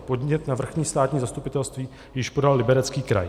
Podnět na vrchní státní zastupitelství již podal Liberecký kraj.